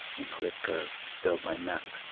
and click build my map.